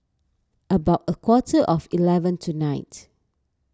about a quarter to eleven tonight